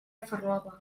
farlopa